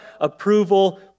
approval